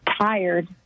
tired